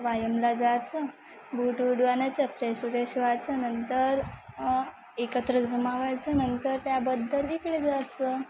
व्यायामाला जायचं बूट वूट आणायचे फ्रेश वेश व्हायचं नंतर एकत्र जमा व्हायचं नंतर त्याबद्दल इकडे जायचं